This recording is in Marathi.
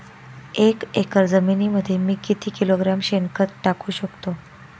एक एकर जमिनीमध्ये मी किती किलोग्रॅम शेणखत टाकू शकतो?